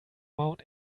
mount